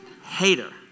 hater